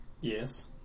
Yes